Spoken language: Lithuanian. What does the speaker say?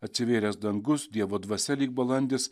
atsivėręs dangus dievo dvasia lyg balandis